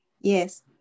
Yes